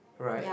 right